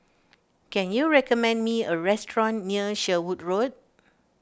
can you recommend me a restaurant near Sherwood Road